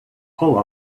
pull